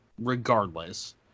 regardless